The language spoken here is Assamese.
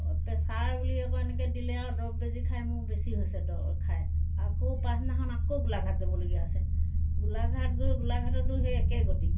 প্ৰেছাৰ বুলি আকৌ এনেকৌ দিলে আৰু দৰৱ বেজি খাই মোৰ বেছি হৈছে দৰৱ খাই আকৌ পাঁচদিনাখন আকৌ গোলাঘাট যাবলগীয়া হৈছে গোলাঘাট গৈ গোলাঘাটতো সেই একেই গতি